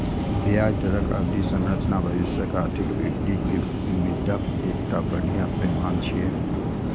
ब्याज दरक अवधि संरचना भविष्यक आर्थिक वृद्धिक उम्मीदक एकटा बढ़िया पैमाना छियै